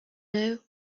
know